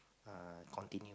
uh continue